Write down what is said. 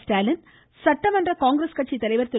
ஸ்டாலின் சட்டமன்ற காங்கிரஸ் கட்சி தலைவர்திரு